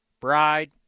Bride